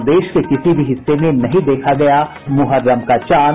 और देश के किसी भी हिस्से में नहीं देखा गया मुहर्रम का चांद